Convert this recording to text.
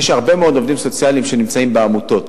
שיש הרבה מאוד עובדים סוציאליים שנמצאים בעמותות,